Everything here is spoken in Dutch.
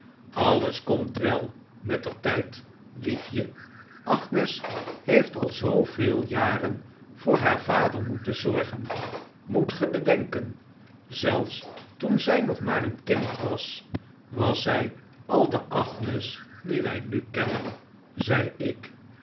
alles komt wel mettertijd liefje agnes heeft al zooveel jaren voor haar vader moeten zorgen moet ge bedenken zelfs toen zij nog maar een kind was was zij al de agnes die wij nu kennen zei ik